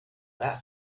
that